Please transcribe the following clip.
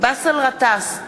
באסל גטאס,